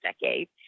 decade